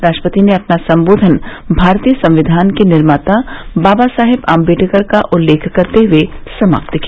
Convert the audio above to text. राष्ट्रपति ने अपना सम्बोधन भारतीय संविधान के निर्माता बाबा साहेब आम्बेडकर का उल्लेख करते हुए समाप्त किया